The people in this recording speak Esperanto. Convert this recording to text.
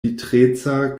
vitreca